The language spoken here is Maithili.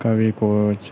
कभी किछु